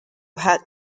had